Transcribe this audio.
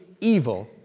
evil